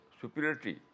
superiority